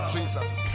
Jesus